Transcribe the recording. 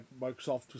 Microsoft